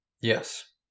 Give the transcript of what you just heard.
Yes